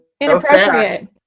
inappropriate